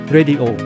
Radio